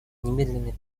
немедленное